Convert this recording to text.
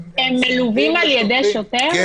הם מלווים על ידי שוטר?